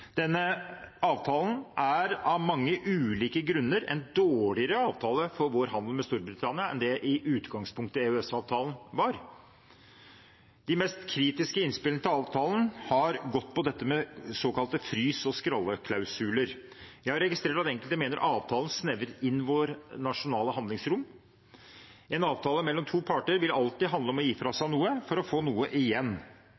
Denne avtalen er av mange ulike grunner en dårligere avtale for vår handel med Storbritannia enn det EØS-avtalen i utgangspunktet var. De mest kritiske innspillene til avtalen har gått på dette med såkalte frys- og skralleklausuler. Jeg har registrert at enkelte mener avtalen snevrer inn vårt nasjonale handlingsrom. En avtale mellom to parter vil alltid handle om å gi fra